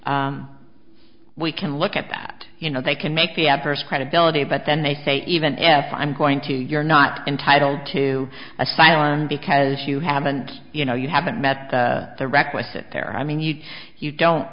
we can look at that you know they can make the adverse credibility but then they say even if i'm going to you're not entitled to a sidearm because you haven't you know you haven't met the requisite there i mean you you don't